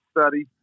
study